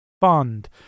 fund